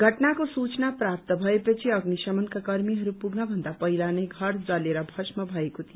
घटनाको सूचना प्राप्त भए पछि अग्नि शमनका कर्मीहरू पुग्न भन्दा पहिला नै घर जलेर भष्म भएको थियो